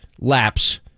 lapse